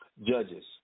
Judges